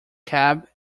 cab